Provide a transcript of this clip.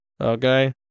Okay